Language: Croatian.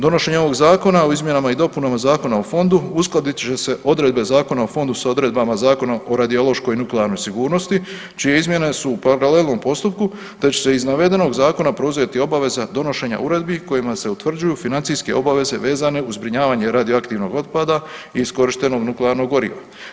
Donošenje ovog zakona o izmjenama i dopunama Zakona o fondu uskladit će se odredbe Zakona o fondu sa odredbama Zakona o radiološkoj nuklearnoj sigurnosti čije izmjene su u paralelnom postupku, te će se iz navedenog zakona preuzeti obaveza donošenja uredbi kojima se utvrđuju financijske obaveze vezane uz zbrinjavanje radioaktivnog otpada i iskorištenog nuklearnog goriva.